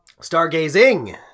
Stargazing